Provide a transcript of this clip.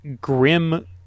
grim